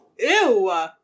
Ew